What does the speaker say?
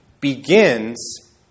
begins